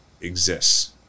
exists